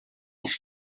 eich